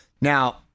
Now